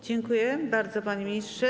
Dziękuję bardzo, panie ministrze.